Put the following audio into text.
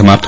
समाप्त